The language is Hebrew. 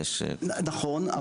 נכון,